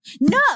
no